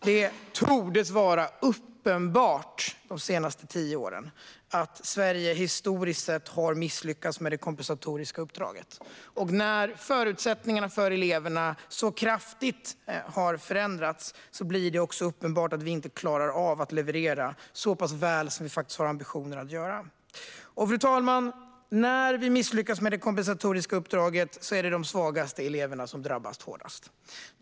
Det torde de senaste tio åren vara uppenbart att Sverige historiskt sett har misslyckats med det kompensatoriska uppdraget. När förutsättningarna för eleverna så kraftigt har förändrats blir det också uppenbart att vi inte klarar av att leverera så väl som vi faktiskt har ambitionen att göra. Fru talman! När vi misslyckas med det kompensatoriska uppdraget är det de svagaste eleverna som drabbas hårdast.